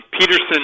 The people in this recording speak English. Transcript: Peterson